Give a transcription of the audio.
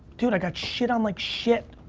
dude, i got shit on like shit,